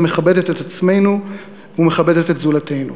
המכבדת את עצמנו ומכבדת את זולתנו.